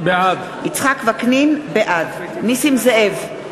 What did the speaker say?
בעד נסים זאב,